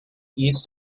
east